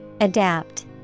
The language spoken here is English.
Adapt